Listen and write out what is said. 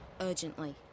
Urgently